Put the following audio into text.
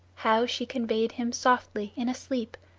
how she conveyed him softly in a sleep,